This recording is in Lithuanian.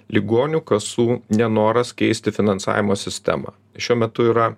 ligonių kasų nenoras keisti finansavimo sistemą šiuo metu yra